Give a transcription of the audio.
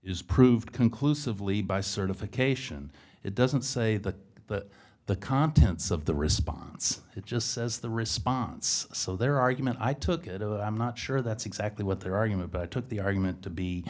is proved conclusively by certification it doesn't say the but the contents of the response it just says the response so their argument i took it and i'm not sure that's exactly what their argument but i took the argument to be